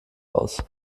aus